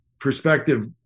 perspective